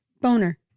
Boner